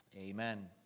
amen